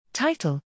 Title